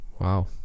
Wow